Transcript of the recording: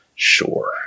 Sure